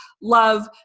Love